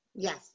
Yes